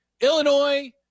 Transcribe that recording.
Illinois